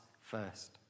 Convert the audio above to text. first